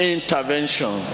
Intervention